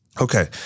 Okay